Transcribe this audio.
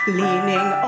leaning